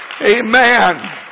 Amen